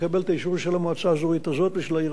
האזורית הזאת ושל העיר הזאת ושל העיר הזאת,